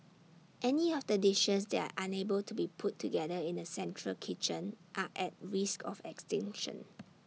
any of the dishes that are unable to be put together in A central kitchen are at risk of extinction